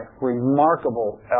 remarkable